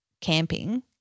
camping